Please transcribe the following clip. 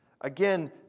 Again